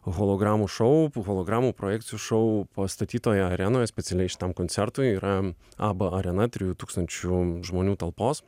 hologramų šou hologramų projekcijų šou pastatytoje arenoje specialiai šitam koncertui yra abba arena trijų tūkstančių žmonių talpos